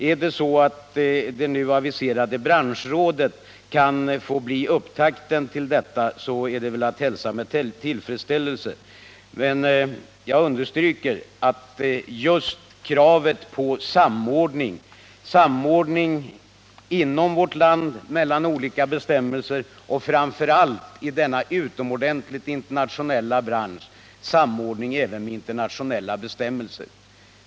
Om det nu aviserade branschrådet kan få bli upptakten till en sådan ordning, är det väl att hälsa med tillfredsställelse. Jag vill dessutom understryka att utöver kravet på samordning inom vårt land mellan olika bestämmelser kräver denna utomordentligt internationella bransch även samordning i förhållande till internationella bestämmelser.